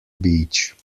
beach